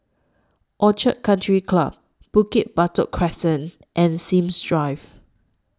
Orchid Country Club Bukit Batok Crescent and Sims Drive